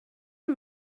бул